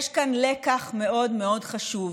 יש כאן לקח מאוד מאוד חשוב.